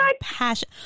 passion